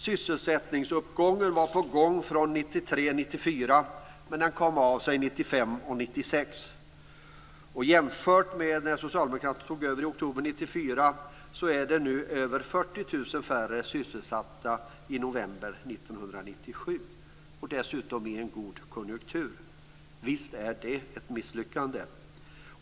Sysselsättningsuppgången var på gång från 1993 Socialdemokraterna tog över i oktober 1994 var det över 40 000 färre sysselsatta i november 1997, dessutom i en god konjunktur. Visst är det ett misslyckande!